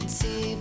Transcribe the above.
see